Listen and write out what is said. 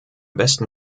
besten